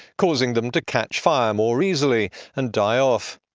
causing them to catch fire more easily and die off.